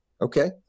Okay